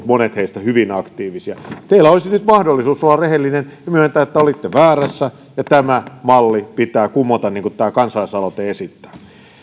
monet ovat olleet hyvin aktiivisia teillä olisi nyt mahdollisuus olla rehellinen ja myöntää että olitte väärässä ja tämä malli pitää kumota niin kuin tämä kansalaisaloite esittää